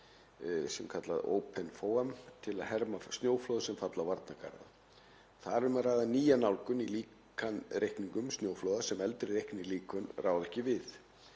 sem kallað er OpenFOAM til að herma snjóflóð sem falla á varnargarða. Þar er um að ræða nýja nálgun í líkanreikningum snjóflóða sem eldri reiknilíkön ráða ekki við.